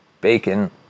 Bacon